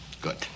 good